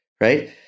Right